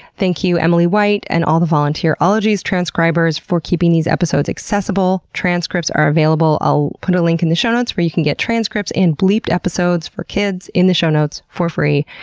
thank you, emily white and all the volunteer ologies transcribers, for keeping these episodes accessible. transcripts are available. i'll put a link in the show notes where you can get transcripts and bleeped episodes for kids in the show notes for free.